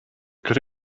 could